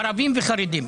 ערבים וחרדים,